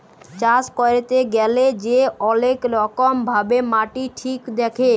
চাষ ক্যইরতে গ্যালে যে অলেক রকম ভাবে মাটি ঠিক দ্যাখে